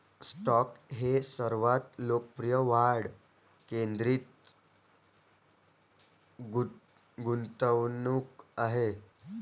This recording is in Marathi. स्टॉक हे सर्वात लोकप्रिय वाढ केंद्रित गुंतवणूक आहेत